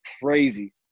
crazy